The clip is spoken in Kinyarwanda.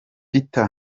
peter